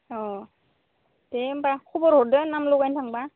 अ दे होमब्ला खबर हरदो नाम लगायनो थांब्ला